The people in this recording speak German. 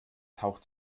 taucht